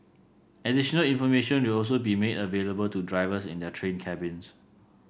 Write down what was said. additional information will also be made available to drivers in their train cabins